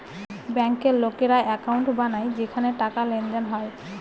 ব্যাঙ্কের লোকেরা একাউন্ট বানায় যেখানে টাকার লেনদেন হয়